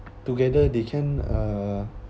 together they can uh